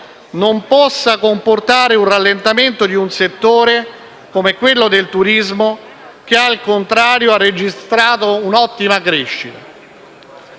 non possa comportare un rallentamento di un settore, come quello del turismo, che al contrario ha registrato un'ottima crescita.